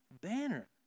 banner